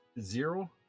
zero